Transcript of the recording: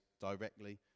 directly